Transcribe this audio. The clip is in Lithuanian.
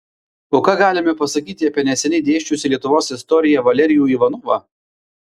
o ką galime pasakyti apie neseniai dėsčiusį lietuvos istoriją valerijų ivanovą